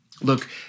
Look